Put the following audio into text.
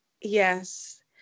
Yes